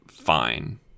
fine